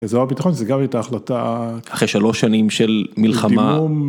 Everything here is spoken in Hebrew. אזור הביטחון, שזו גם היתה ההחלטה - אחרי שלוש שנים של מלחמה.